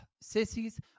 Sissies